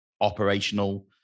operational